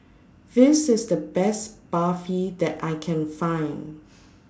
This IS The Best Barfi that I Can Find